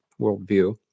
worldview